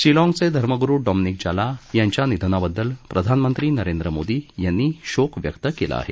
शिलाँगचे धर्मगुरू डॉमनिक जाला यांच्या निधनाबद्दल प्रधानमंत्री नरेंद्र मोदी यांनी शोक व्यक्त केला आहे